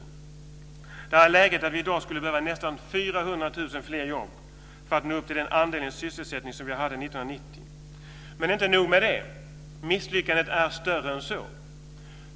Läget i dag är att vi skulle behöva nästan 400 000 fler jobb för att nå upp till den andel sysselsatta som vi hade Men inte nog med det, misslyckandet är större än så.